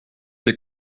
des